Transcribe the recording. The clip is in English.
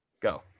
Go